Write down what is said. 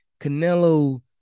Canelo